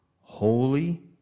holy